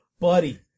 Buddy